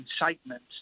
incitement